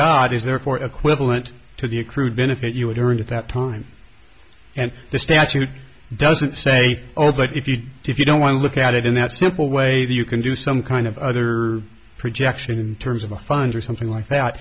god is therefore equivalent to the accrued benefit you would earn at that time and the statute doesn't say if you if you don't want to look at it in that simple way that you can do some kind of other projection in terms of a funder something like that